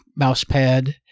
Mousepad